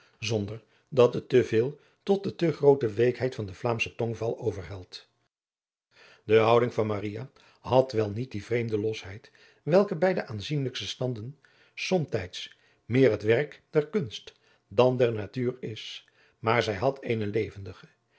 zonder dat het te veel tot de te groote weekheid van den vlaamschen tongval overhelt de houding van maria had wel niet die vreemde losheid welke bij de aanzienlijkste standen fomtijds meer het werk der kunst dan der natuur is maar zij had eene levendige